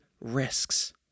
risks